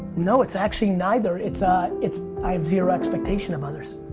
no, it's actually neither. it's, ah it's i have zero expectation of others.